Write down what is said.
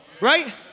Right